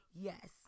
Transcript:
yes